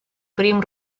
prim